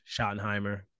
Schottenheimer